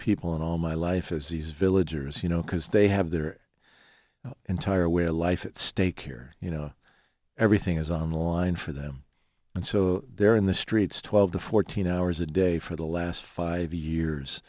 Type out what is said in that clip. people and all my life as these villagers you know because they have their entire way of life at stake here you know everything is on the line for them and so they're in the streets twelve to fourteen hours a day for the last five years